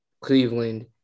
Cleveland